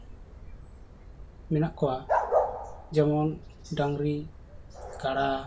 ᱢᱮᱱᱟᱜ ᱠᱚᱣᱟ ᱡᱮᱢᱚᱱ ᱰᱟᱝᱨᱤ ᱠᱟᱲᱟ